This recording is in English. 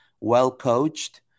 well-coached